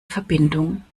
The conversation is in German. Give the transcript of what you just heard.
verbindung